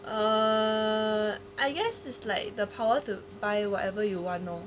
err I guess is like the power to buy whatever you want lor